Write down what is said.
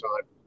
time